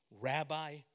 rabbi